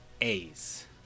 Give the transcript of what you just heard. A's